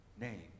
name